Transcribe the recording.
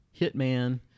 hitman